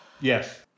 Yes